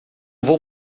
vou